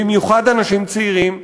במיוחד אנשים צעירים,